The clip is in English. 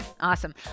awesome